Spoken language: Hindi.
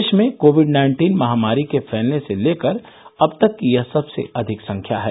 देश में कोविड नाइन्टीन महामारी के फैलने से लेकर अब तक की यह सबसे अधिक संख्या है